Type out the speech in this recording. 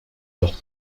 leur